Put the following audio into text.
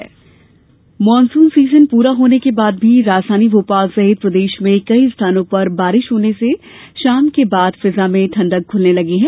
monsoon monsoon season पूरा होने के बाद भी राजधानी भोपाल सहित प्रदेश में कई स्थानों पर बारिश होने से शाम के बाद फिजां में ठंडक घुलने लगी है